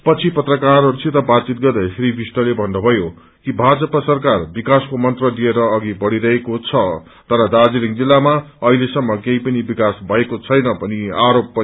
पछि पत्रकारहरूसित बातचित गर्दै श्री विष्टले भन्नुभयो कि भाजपा सरकार विकासको मंत्र लिएर अघि ढ़िरहेको छ तर दार्जीलिङ जिल्लामा अहिलेसम्म कही विकास भएको छैन भनी ाआरोप लागाउनुभयो